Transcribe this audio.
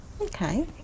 Okay